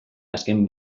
azken